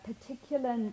particular